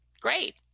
great